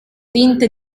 tinte